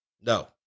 No